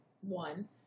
one